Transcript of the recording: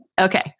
Okay